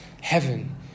heaven